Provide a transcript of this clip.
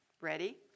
Ready